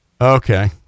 Okay